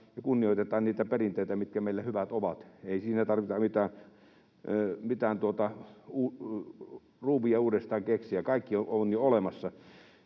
ja kunnioitetaan niitä perinteitä, mitkä meillä hyvät ovat. Ei siinä tarvitse mitään ruuvia uudestaan keksiä. Kaikki on jo olemassa.